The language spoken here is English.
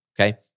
Okay